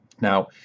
Now